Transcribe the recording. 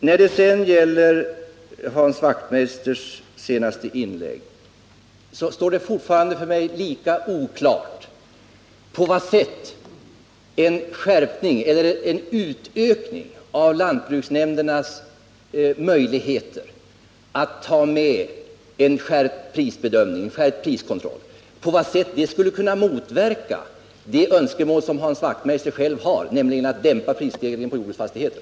Trots Hans Wachtmeisters senaste inlägg står det för mig fortfarande lika oklart på vad sätt en utökning av lantbruksnämndernas möjligheter till skärpt priskontroll skulle kunna motverka det önskemål som Hans Wachtmeister själv har, nämligen att dämpa prisstegringen på jordbruksfastigheter.